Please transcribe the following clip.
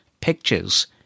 pictures